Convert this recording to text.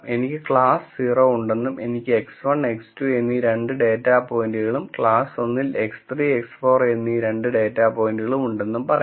എനിക്ക് ക്ലാസ് 0 ഉണ്ടെന്നും എനിക്ക് X1 X2 എന്നീ 2 ഡാറ്റാ പോയിന്റുകളും ക്ലാസ്സ് 1ൽ X3 X4 എന്നീ 2 ഡാറ്റാ പോയിന്റുകളും ഉണ്ടെന്ന് പറയാം